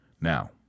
Now